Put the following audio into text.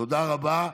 תודה רבה,